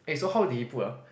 eh so how did he put ah